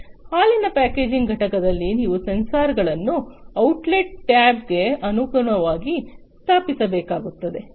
ಆದ್ದರಿಂದ ಹಾಲಿನ ಪ್ಯಾಕೇಜಿಂಗ್ ಘಟಕದಲ್ಲಿ ನೀವು ಸೆನ್ಸಾರ್ಗಳನ್ನು ಔಟ್ಲೆಟ್ ಟ್ಯಾಬ್ಗೆ ಅನುಗುಣವಾಗಿ ಸ್ಥಾಪಿಸಬೇಕಾಗುತ್ತದೆ